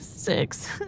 Six